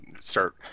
start